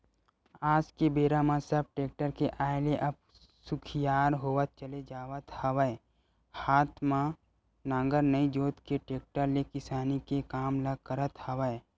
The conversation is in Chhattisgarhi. आज के बेरा म सब टेक्टर के आय ले अब सुखियार होवत चले जावत हवय हात म नांगर नइ जोंत के टेक्टर ले किसानी के काम ल करत हवय